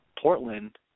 Portland